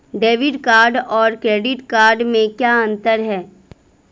Debit card और credit card में क्या अंतर है?